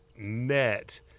net